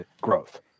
growth